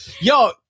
yo